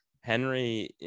Henry